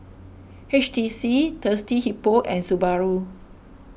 H T C Thirsty Hippo and Subaru